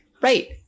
right